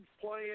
playing